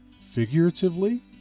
Figuratively